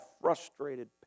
frustrated